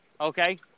Okay